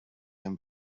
him